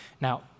Now